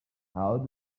how